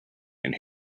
and